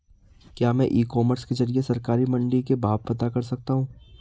क्या मैं e commerce के ज़रिए सरकारी मंडी के भाव पता कर सकता हूँ?